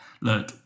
look